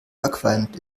verqualmt